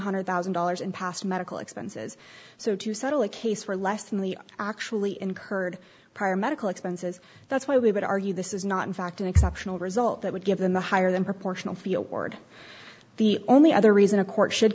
hundred thousand dollars in past medical expenses so to settle a case for less than the actually incurred prior medical expenses that's why we would argue this is not in fact an exceptional result that would give them the higher than proportional fiord the only other reason a court should